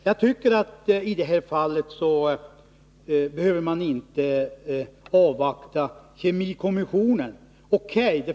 Jag tycker inte att man i det här fallet behöver avvakta kemikommissionen.